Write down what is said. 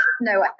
no